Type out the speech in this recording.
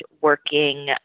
working